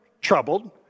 troubled